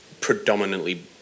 predominantly